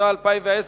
התש"ע 2010,